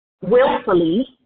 willfully